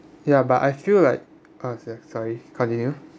ya but I feel like uh say sorry continue